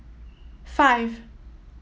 five